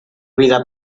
vida